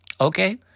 Okay